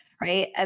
right